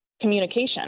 communication